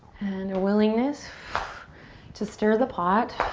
and a willingness to stir the pot,